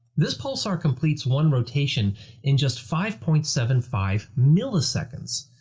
this pulsar completes one rotation in just five point seven five milliseconds!